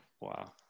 Wow